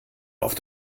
auf